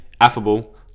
affable